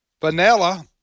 vanilla